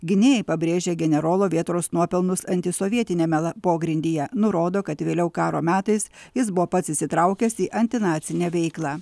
gynėjai pabrėžia generolo vėtros nuopelnus antisovietiniame pogrindyje nurodo kad vėliau karo metais jis buvo pats įsitraukęs į antinacinę veiklą